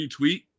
Retweet